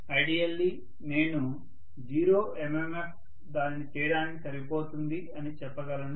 ideally నేను 0 MMF దానిని చేయడానికి సరిపోతుంది అని చెప్పగలను